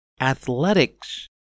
Athletic's